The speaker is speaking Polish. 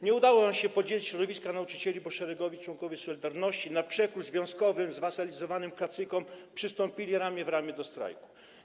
Nie udało wam się podzielić środowiska nauczycieli, bo szeregowi członkowie „Solidarności”, na przekór związkowym, zwasalizowanym kacykom, przystąpili ramię w ramię do strajku.